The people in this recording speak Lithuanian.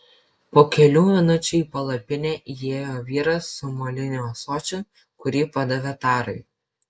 po kelių minučių į palapinę įėjo vyras su moliniu ąsočiu kurį padavė tarai